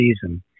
season